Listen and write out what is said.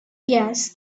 gas